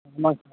ஆமாம் சார்